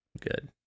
Good